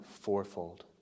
fourfold